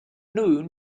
noon